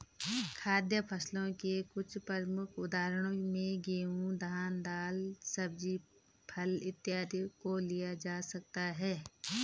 खाद्य फसलों के कुछ प्रमुख उदाहरणों में गेहूं, धान, दाल, सब्जी, फल इत्यादि को लिया जा सकता है